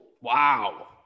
Wow